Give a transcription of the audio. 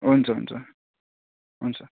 हुन्छ हुन्छ हुन्छ